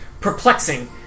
perplexing